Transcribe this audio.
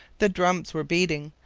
the drums were beating,